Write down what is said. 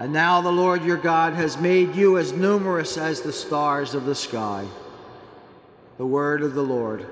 and now the lord your god has made you as numerous as the stars of the sky a word of the lord